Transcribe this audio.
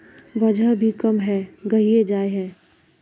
वजन भी कम है गहिये जाय है?